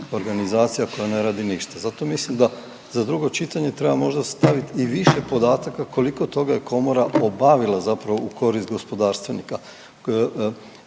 koja ne radi ništa. Zato mislim da za drugo čitanje treba možda staviti i više podataka koliko toga je komora obavila zapravo u korist gospodarstvenika.